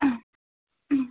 हां